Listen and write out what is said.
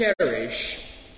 cherish